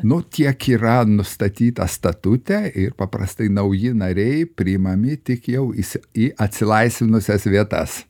nu tiek yra nustatyta statute ir paprastai nauji nariai priimami tik jau įsi į atsilaisvinusias vietas